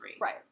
Right